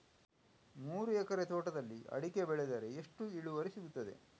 ಮೂರು ಎಕರೆ ತೋಟದಲ್ಲಿ ಅಡಿಕೆ ಬೆಳೆದರೆ ಎಷ್ಟು ಇಳುವರಿ ಸಿಗುತ್ತದೆ?